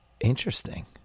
Interesting